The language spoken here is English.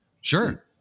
Sure